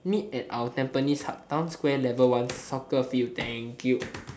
meet at our Tampines hub town square level one soccer field thank you